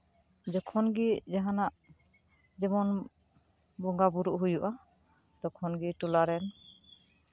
ᱡᱚᱠᱷᱚᱱᱜᱮ ᱡᱟᱦᱟᱸᱱᱟᱜ ᱡᱮᱢᱚᱱ ᱵᱚᱸᱜᱟ ᱵᱩᱨᱩᱜ ᱦᱳᱭᱳᱜᱼᱟ ᱛᱚᱠᱷᱚᱱᱜᱮ ᱴᱚᱞᱟ ᱨᱮᱱ